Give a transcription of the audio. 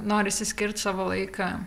norisi skirt savo laiką